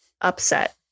upset